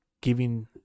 giving